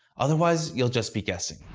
otherwise, you'll just be guessing.